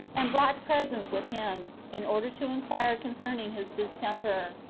and brought presents with him, in order to inquire concerning his distemper,